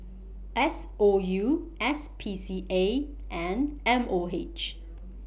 S O U S P C A and M O H